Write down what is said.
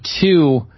two